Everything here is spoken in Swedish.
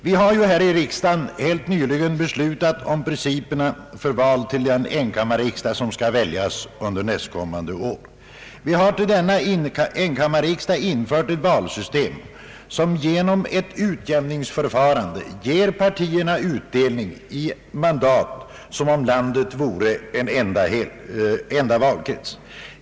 Vi har ju här i riksdagen helt nyligen beslutat om principerna för val till den enkammarriksdag som skall väljas nästkommande år. Vi har till denna enkammarriksdag infört ett valsystem vilket genom ett utjämningsförfarande ger partierna utdelning i mandat som om landet vore en enda valkrets.